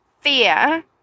fear